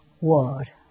word